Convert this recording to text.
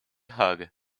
hug